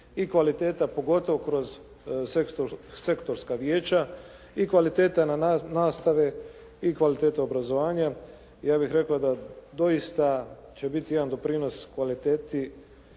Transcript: i kvaliteta pogotovo kroz sektorska vijeća i kvalitetnije nastave i kvaliteta obrazovanja. I ja bih rekao da će doista će biti jedan doprinos kvaliteti